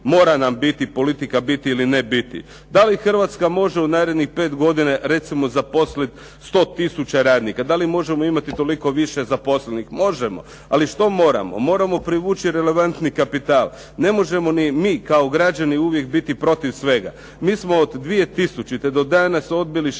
mora nam biti politika biti ili ne biti. Da li Hrvatska može u narednih pet godina zaposliti 100 tisuća radnika? Da li možemo imati toliko više zaposlenih? Možemo. Ali što moramo? Moramo privući relevantni kapital. Ne možemo ni mi kao građani uvijek biti protiv svega. Mi smo od 2000. do danas odbili 6, sedam